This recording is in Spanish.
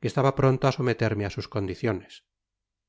que estaba pronto á someterme á sus condiciones